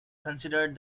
considered